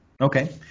Okay